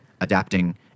adapting